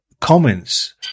comments